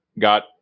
got